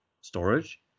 storage